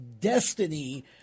destiny